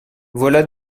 voilà